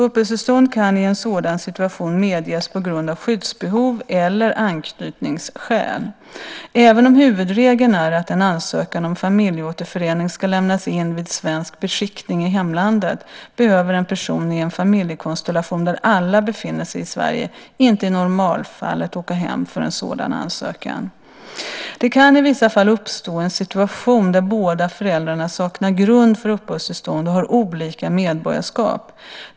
Uppehållstillstånd kan i en sådan situation medges på grund av skyddsbehov eller anknytningsskäl. Även om huvudregeln är att en ansökan om familjeåterförening ska lämnas in vid svensk beskickning i hemlandet behöver en person i en familjekonstellation där alla befinner sig i Sverige inte i normalfallet åka hem för en sådan ansökan. Det kan i vissa fall uppstå en situation där båda föräldrarna saknar grund för uppehållstillstånd och har olika medborgarskap.